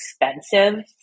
expensive